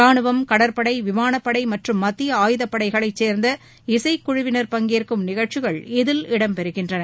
ரானுவம் கடற்படை விமானப்படை மற்றும் மத்திய ஆயுதப்படைகளை சேர்ந்த இசைக்குழுவினர் பங்கேற்கும் நிகழ்ச்சிகள் இதில் இடம்பெறுகின்றன